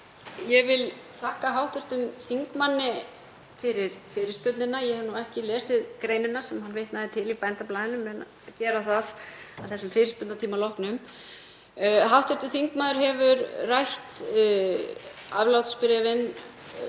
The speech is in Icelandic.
Ég vil þakka hv. þingmanni fyrir fyrirspurnina. Ég hef ekki lesið greinina sem hann vitnaði til í Bændablaðinu en mun gera það að þessum fyrirspurnatíma loknum. Hv. þingmaður hefur rætt aflátsbréfin